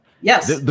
Yes